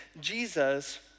Jesus